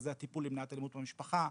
מרכזי הטיפול למניעת אלימות במשפחה,